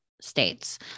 states